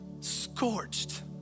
scorched